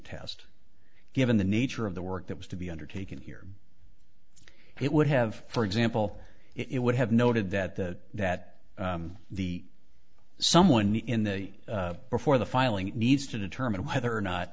test given the nature of the work that was to be undertaken here it would have for example it would have noted that the that the someone in the before the filing needs to determine whether or not